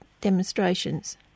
demonstrations